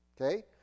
Okay